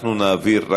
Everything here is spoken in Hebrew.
אנחנו נעביר.